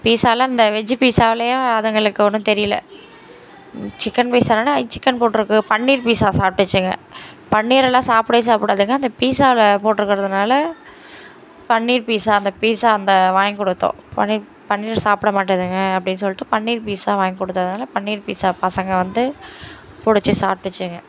பீஸாவில் இந்த வெஜ் பீஸாவிலையா அதுங்களுக்கு ஒன்றும் தெரியலை சிக்கன் பீஸா இல்லைன்னா சிக்கன் போட்டிருக்கும் பன்னீர் பீஸா சாப்பிட்டுச்சிங்க பன்னீரெல்லாம் சாப்டேவே சாப்பிடாதுங்க அந்த பீஸாவில் போட்டிருக்குறதனால பன்னீர் பீஸா அந்த பீஸா அந்த வாங்கிக்கொடுத்தோம் பன்னீர் பன்னீர் சாப்பிட மாட்டுதுங்க அப்படினு சொல்லிட்டு பன்னீர் பீஸா வாங்கிக்கொடுத்ததுனால பன்னீர் பீஸா பசங்கள் வந்து பிடிச்சி சாப்ட்டுச்சுங்க